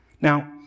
Now